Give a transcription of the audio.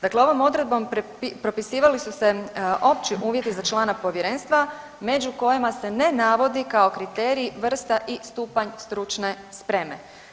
Dakle, ovom odredbom propisivali su se opći uvjeti za člana povjerenstva među kojima se ne navodi kao kriterij vrsta i stupanj stručne spreme.